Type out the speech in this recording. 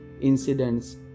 incidents